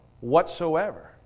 whatsoever